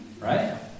Right